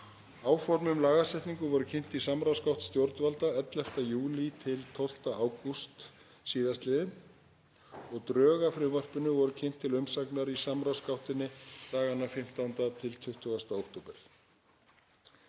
Áform um lagasetningu voru kynnt í Samráðsgátt stjórnvalda 11. júlí til 12. ágúst síðastliðinn og drög að frumvarpinu voru kynnt til umsagnar í samráðsgáttinni dagana 15.–20. október.